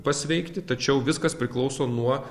pasveikti tačiau viskas priklauso nuo